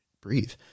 breathe